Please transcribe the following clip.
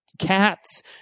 Cats